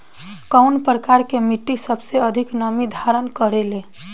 कउन प्रकार के मिट्टी सबसे अधिक नमी धारण करे ले?